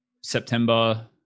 September